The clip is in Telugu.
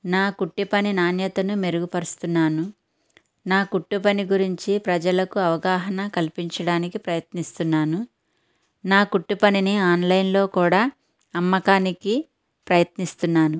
నా కుట్టు పని నాణ్యతను మెరుగుపరుస్తున్నాను నా కుట్టు పని గురించి ప్రజలకు అవగాహన కల్పించడానికి ప్రయత్నిస్తున్నాను నా కుట్టు పనిని ఆన్లైన్లో కూడా అమ్మకానికి ప్రయత్నిస్తున్నాను